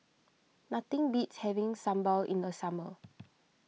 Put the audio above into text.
nothing beats having Sambal in the summer